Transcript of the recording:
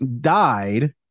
died